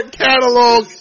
catalog